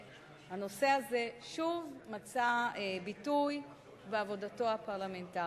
והנושא הזה שוב מצא ביטוי בעבודתו הפרלמנטרית.